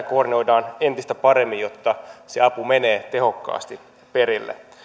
koordinoidaan entistä paremmin jotta se apu menee tehokkaasti perille